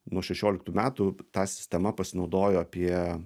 nuo šešioliktų metų ta sistema pasinaudojo apie